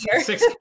Six